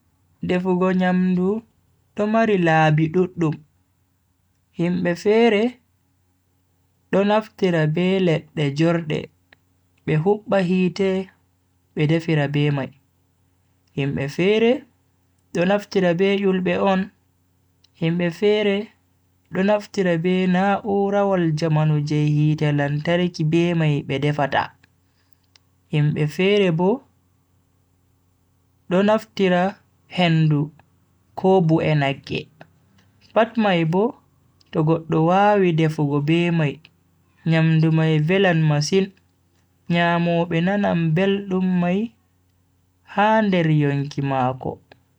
Defugo nyamdu do mari laabi duddum, himbe fere do naftira be ledde jorde be hubba hite be defira be mai, himbe fere do naftira be yulbe on, himbe fere do naftira be na'urawol jamanu je hite lantarki be mai be defata, himbe fere bo do naftira hendu ko bu'e nagge. pat mai Bo to goddo wawi defugo be mai nyamdu mai velan masin nyamobe nanan beldum mai ha nder yonki mako.